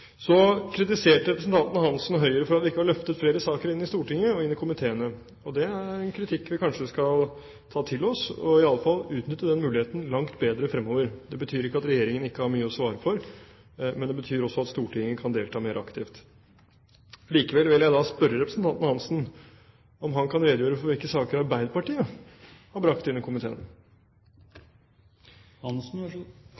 Så kritiserte representanten Hansen Høyre for at vi ikke har løftet flere saker inn i Stortinget og inn i komiteene. Det er en kritikk vi kanskje skal ta til oss, og i alle fall utnytte den muligheten langt bedre fremover. Det betyr ikke at Regjeringen ikke har mye å svare for, men det betyr at Stortinget også kan delta mer aktivt. Likevel vil jeg da spørre representanten Hansen om han kan redegjøre for hvilke saker Arbeiderpartiet har brakt inn i